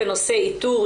בנושא איתור,